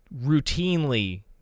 routinely